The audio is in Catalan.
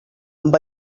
amb